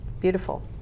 Beautiful